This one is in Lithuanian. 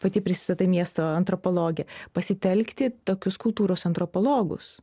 pati prisistatai miesto antropologė pasitelkti tokius kultūros antropologus